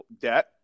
debt